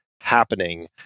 happening